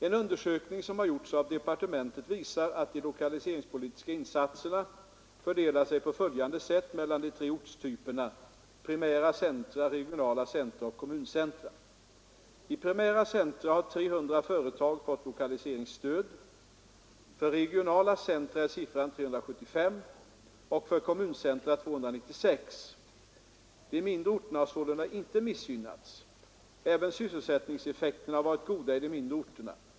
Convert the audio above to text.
En undersökning som har gjorts i departementet visar att de lokaliseringspolitiska insatserna fördelar sig på följande sätt mellan de tre ortstyperna primära centra, regionala centra och kommuncentra. I primära centra har 300 företag fått lokaliseringsstöd. För regionala centra är siffran 375 och för kommuncentra 296. De mindre orterna har sålunda inte missgynnats. Även sysselsättningseffekterna har varit goda i de mindre orterna.